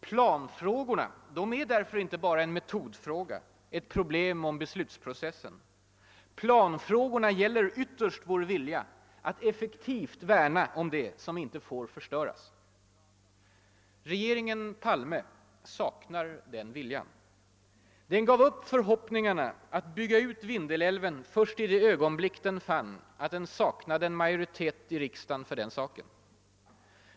Planfrågorna är därför inte bara en metodfråga, ett problem om beslutsprocessen. Planfrågorna gäller ytterst vår vilja att effektivt värna om det som inte får förstöras. Regeringen Palme saknar den viljan. Den gav upp förhoppningarna att bygga ut Vindelälven först i det ögonblick den fann att den saknade en majoritet i riksdagen för den saken.